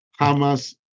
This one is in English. Hamas